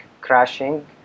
crashing